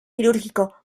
quirúrgico